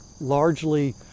largely